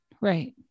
right